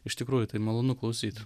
iš tikrųjų tai malonu klausyti